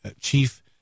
chief